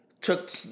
took